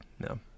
No